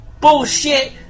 bullshit